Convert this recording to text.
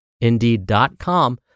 indeed.com